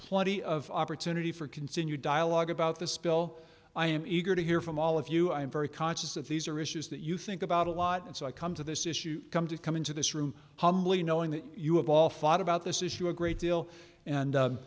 plenty of opportunity for continued dialogue about this bill i am eager to hear from all of you i am very conscious that these are issues that you think about a lot and so i come to this issue come to come into this room humbly knowing that you have all thought about this issue a great deal and